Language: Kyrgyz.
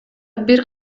бир